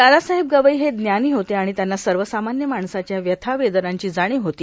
दादासाहेब गवई हे ज्ञानी होते आणि त्यांना सर्वसामान्य माणसाच्या व्यथा वेदनांची जाणीव होती